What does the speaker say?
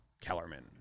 Kellerman